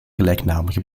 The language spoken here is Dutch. gelijknamige